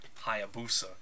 Hayabusa